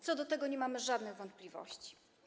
Co do tego nie mamy żadnych wątpliwości.